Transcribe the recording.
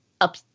up